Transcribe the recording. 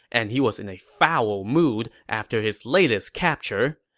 and he was in a foul mood after his latest capture.